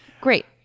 Great